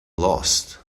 lost